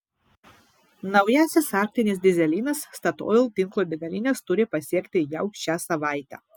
naujasis arktinis dyzelinas statoil tinklo degalines turi pasiekti jau šią savaitę